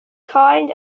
kind